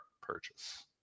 purchase